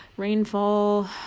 rainfall